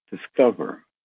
discover